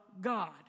God